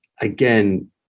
again